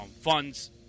funds